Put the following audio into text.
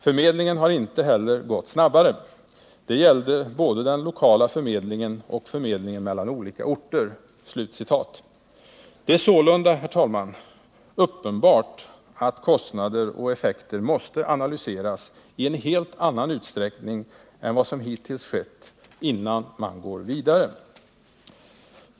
Förmedlingen har inte heller gått snabbare. Detta gällde både den lokala förmedlingen och förmedlingen mellan olika orter.” Det är sålunda, herr talman, uppenbart att kostnader och effekter måste analyseras i en helt annan utsträckning än vad som hittills skett, innan man går vidare.